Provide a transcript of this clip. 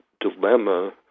dilemma